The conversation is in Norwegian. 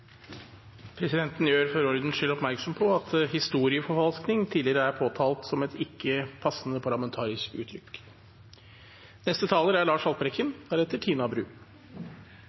Presidenten gjør for ordens skyld oppmerksom på at «historieforfalskning» tidligere er påtalt som et ikke passende parlamentarisk uttrykk.